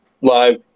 live